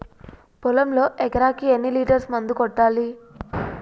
పొలంలో ఎకరాకి ఎన్ని లీటర్స్ మందు కొట్టాలి?